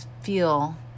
feel